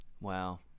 Wow